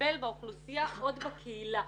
לטפל באוכלוסייה עוד בקהילה.